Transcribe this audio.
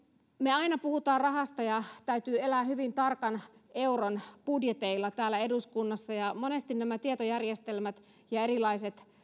me aina puhumme rahasta ja täytyy elää hyvin tarkan euron budjeteilla täällä eduskunnassa monesti nämä tietojärjestelmät ja erilaiset